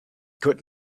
could